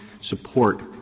support